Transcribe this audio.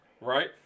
right